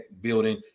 building